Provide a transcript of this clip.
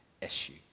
issue